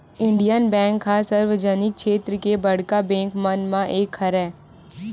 Indian bank ह सार्वजनिक छेत्र के बड़का बेंक मन म एक हरय